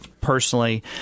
Personally